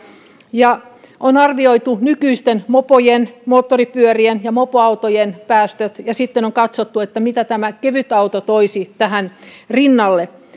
on arvioitu nykyisten mopojen moottoripyörien ja mopoautojen päästöt ja sitten on katsottu mitä tämä kevytauto toisi tähän rinnalle